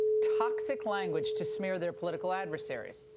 toxic language to smear their political adversaries.